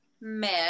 met